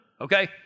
okay